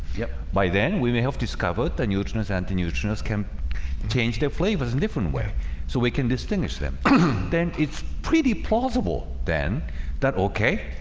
yeah by then. we may have discovered the neutrinos antineutrinos can change the flavors a different way so we can distinguish them then it's pretty plausible then that okay.